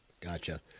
Gotcha